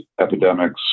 epidemics